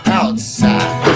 outside